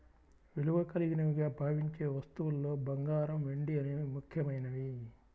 విలువ కలిగినవిగా భావించే వస్తువుల్లో బంగారం, వెండి అనేవి ముఖ్యమైనవి